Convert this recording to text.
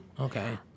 Okay